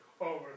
over